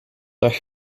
dag